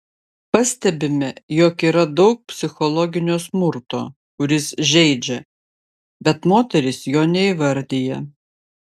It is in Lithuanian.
pastebime jog yra daug psichologinio smurto kuris žeidžia bet moterys jo neįvardija